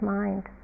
mind